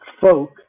folk